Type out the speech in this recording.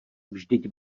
vždyť